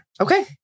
Okay